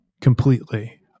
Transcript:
completely